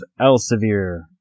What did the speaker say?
Elsevier